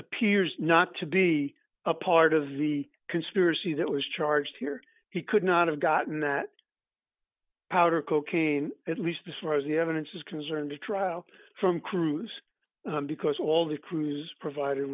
appears not to be a part of the conspiracy that was charged here he could not have gotten that powder cocaine at least as far as the evidence is concerned the trial from cruise because all the cruise provided